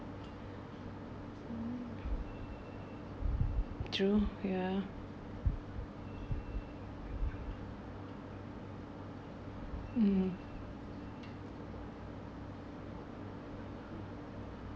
true ya mm